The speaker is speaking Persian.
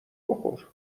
بخور